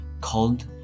called